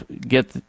get